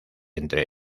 entre